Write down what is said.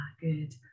good